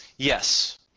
Yes